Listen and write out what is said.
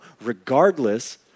regardless